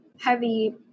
heavy